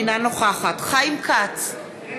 אינה נוכחת חיים כץ,